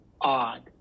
odd